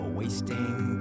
wasting